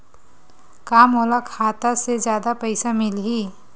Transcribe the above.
का मोला खाता से जादा पईसा मिलही?